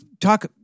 talk